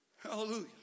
Hallelujah